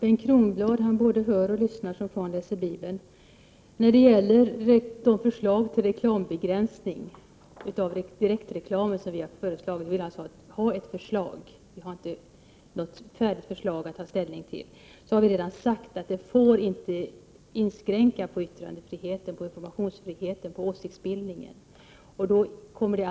Fru talman! Bengt Kronblad lyssnar som fan läser Bibeln. När det gäller begränsning av direktreklam vill vi ha ett förslag; vi har inte något färdigt förslag att ta ställning till. Och vi har redan sagt att det inte får inskränka yttrandefriheten, informationsfriheten och åsiktsbildningen.